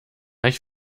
ich